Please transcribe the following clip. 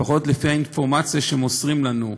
לפחות לפי האינפורמציה שמוסרים לנו,